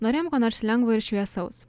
norėjom ko nors lengvo ir šviesaus